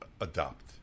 adopt